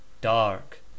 Dark